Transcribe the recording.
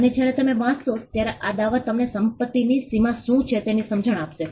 અને જ્યારે તમે વાંચશો ત્યારે આ દાવા તમને સંપતિની સીમા શું છે તેની સમજ આપશે